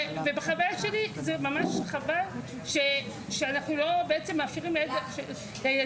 ובחוויה שלי זה ממש חבל שאנחנו לא בעצם מאפשרים לילדים